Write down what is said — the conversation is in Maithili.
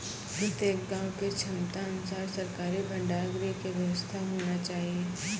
प्रत्येक गाँव के क्षमता अनुसार सरकारी भंडार गृह के व्यवस्था होना चाहिए?